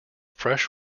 fresh